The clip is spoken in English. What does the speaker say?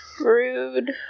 Rude